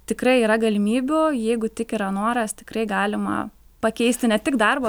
tikrai yra galimybių jeigu tik yra noras tikrai galima pakeisti ne tik darbą